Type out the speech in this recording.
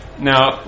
Now